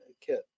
kit